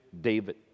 David